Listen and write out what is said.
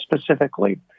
specifically